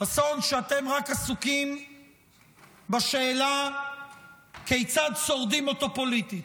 אסון שאתם רק עסוקים בשאלה כיצד שורדים אותו פוליטית.